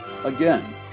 Again